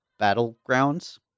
Battlegrounds